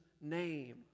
name